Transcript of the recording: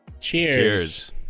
Cheers